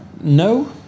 No